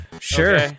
sure